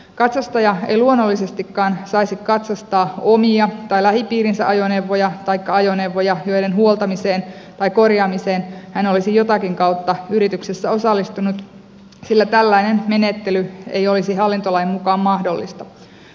katsastaja ei luonnollisestikaan saisi katsastaa omia tai lähipiirinsä ajoneuvoja taikka ajoneuvoja joiden huoltamiseen tai korjaamiseen hän olisi jotakin kautta yrityksessä osallistunut sillä tällainen menettely ei olisi hallintolain mukaan mahdollista